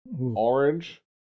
Orange